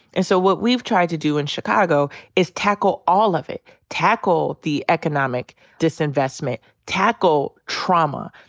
and so what we've tried to do in chicago is tackle all of it. tackle the economic disinvestment. tackle trauma.